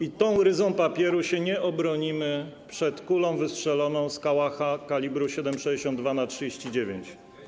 i tą ryzą papieru się nie obronimy przed kulą wystrzeloną z kałacha kalibru 7,62 x 39.